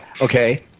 okay